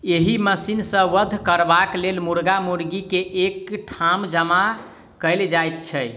एहि मशीन सॅ वध करबाक लेल मुर्गा मुर्गी के एक ठाम जमा कयल जाइत छै